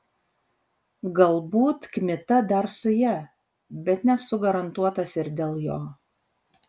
galbūt kmita dar su ja bet nesu garantuotas ir dėl jo